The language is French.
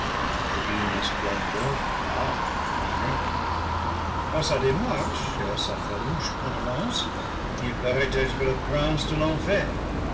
d'une splendeur pâle et fanée à sa démarche et à sa farouche contenance il paraît être le prince de l'enfer